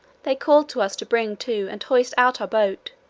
they called to us to bring to, and hoist out our boat,